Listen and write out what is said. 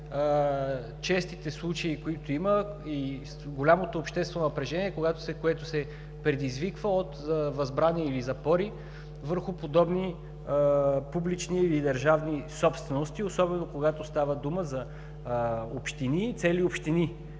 честите случаи, които има, и голямото обществено напрежение, което се предизвиква от възбрани или запори върху подобни публични или държавни собствености, особено, когато става дума за цели общини,